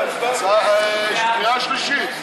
קריאה שלישית.